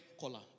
collar